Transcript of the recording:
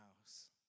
house